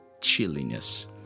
chilliness